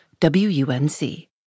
WUNC